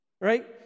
right